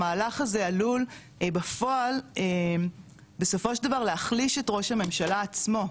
המהלך הזה עלול בפועל בסופו של דבר להחליש את ראש הממשלה עצמו,